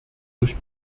durch